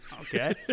Okay